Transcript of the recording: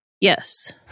Yes